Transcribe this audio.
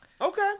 Okay